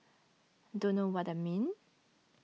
don't know what I mean